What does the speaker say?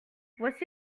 voici